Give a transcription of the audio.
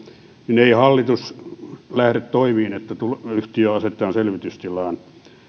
niin ei hallitus lähde toimiin että yhtiö asetetaan selvitystilaan